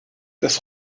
das